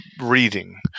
reading